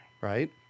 Right